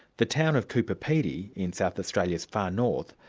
the town of coober pedy in south australia's far north,